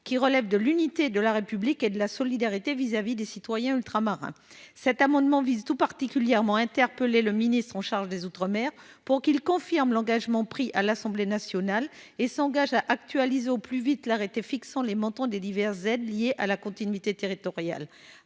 qui relèvent de l'unité de la République et de la solidarité vis-à-vis des citoyens ultramarins. Cet amendement vise tout particulièrement à interpeller le ministre chargé des outre-mer pour qu'il confirme l'engagement pris à l'Assemblée nationale et qu'il en tire les conséquences en actualisant au plus vite l'arrêté du 18 novembre 2010 fixant les montants des différentes aides à la continuité territoriale.